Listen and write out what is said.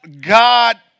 God